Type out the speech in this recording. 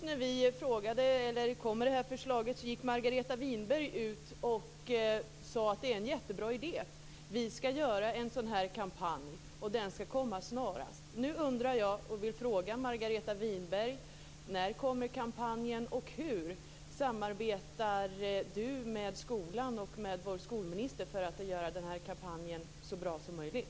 När vi kom med det här förslaget gick Margareta Winberg ut och sade att det var en jättebra idé och att man skulle göra en sådan kampanj, och den skulle komma snarast.